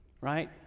Right